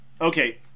Okay